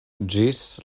ĝis